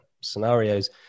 scenarios